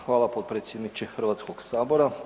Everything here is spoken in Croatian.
Hvala potpredsjedniče Hrvatskog sabora.